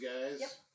guys